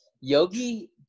Yogi